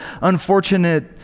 unfortunate